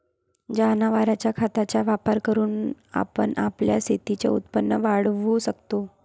जनावरांच्या खताचा वापर करून आपण आपल्या शेतीचे उत्पन्न वाढवू शकतो